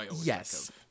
Yes